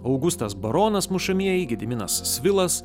augustas baronas mušamieji gediminas svilas